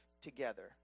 together